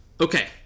Okay